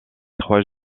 trois